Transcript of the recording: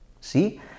see